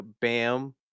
bam